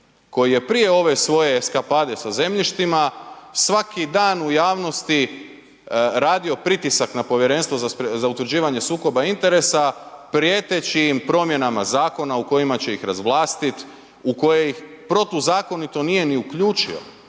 koji je prije ove svoje eskapade sa zemljištima svaki dan u javnosti radio pritisak na Povjerenstvo za utvrđivanje sukoba interesa prijeteći im promjenama zakona u kojima će ih razvlastiti, u koje ih protuzakonito nije ni uključio